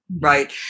right